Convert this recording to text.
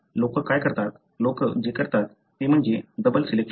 लोक काय करतात लोक जे करतात ते म्हणजे डबल सिलेक्शन